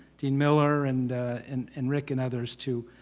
dean miller and and and rick and others too,